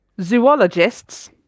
Zoologists